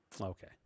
Okay